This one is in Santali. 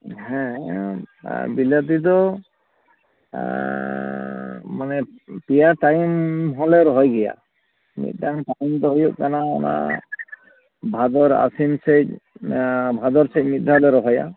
ᱦᱮᱸ ᱟᱨ ᱵᱤᱞᱟᱹᱛᱤ ᱫᱚ ᱢᱟᱱᱮ ᱯᱮᱭᱟ ᱴᱟᱭᱤᱢ ᱦᱚᱞᱮ ᱨᱚᱦᱚᱭ ᱜᱮᱭᱟ ᱢᱤᱫᱴᱟᱝ ᱴᱟᱭᱤᱢ ᱫᱚ ᱦᱩᱭᱩᱜ ᱠᱟᱱᱟ ᱚᱱᱟ ᱵᱷᱟᱫᱚᱨ ᱟᱥᱤᱱ ᱥᱮᱡ ᱚᱱᱟ ᱵᱷᱟᱫᱚᱨ ᱥᱮᱡ ᱢᱤᱫ ᱫᱷᱟᱣ ᱞᱮ ᱨᱚᱦᱚᱭᱟ